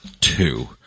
two